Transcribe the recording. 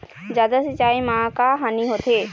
जादा सिचाई म का हानी होथे?